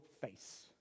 face